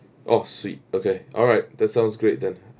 oh sweet okay alright that sounds great then